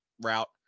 route